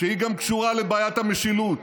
שהיא גם קשורה לבעיית המשילות.